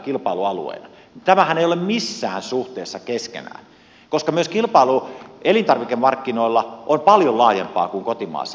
nämähän eivät ole missään suhteessa keskenään koska myös kilpailu elintarvikemarkkinoilla on paljon laajempaa kuin kotimaassa tapahtuvaa